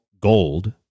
gold